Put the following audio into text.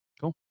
Cool